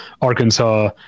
Arkansas